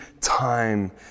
time